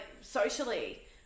socially